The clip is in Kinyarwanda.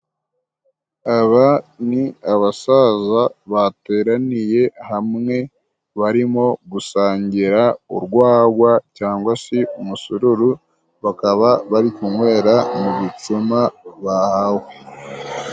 Aba ni abasaza bateraniye hamwe barimo gusangira urwagwa, cyangwa se umusururu bakaba bari kunywera mu bicuma bahawe.